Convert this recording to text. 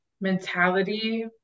mentality